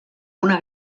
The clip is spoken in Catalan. una